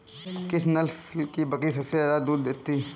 किस नस्ल की बकरी सबसे ज्यादा दूध देती है?